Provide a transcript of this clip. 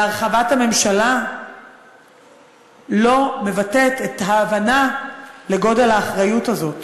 והרחבת הממשלה לא מבטאת את ההבנה של גודל האחריות הזאת.